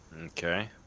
Okay